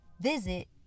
visit